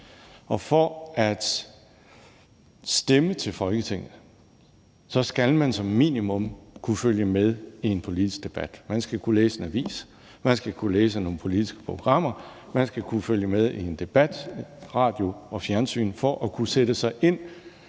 Og for at stemme til Folketinget skal man som minimum kunne følge med i en politisk debat. Man skal kunne læse en avis, man skal kunne læse nogle politiske programmer, man skal kunne følge med i en debat i radio og fjernsyn for at kunne sætte sig ind